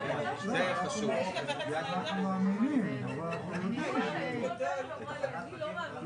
אנחנו מבינים את הדברים,